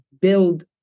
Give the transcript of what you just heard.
build